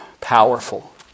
powerful